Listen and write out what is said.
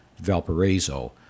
Valparaiso